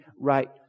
right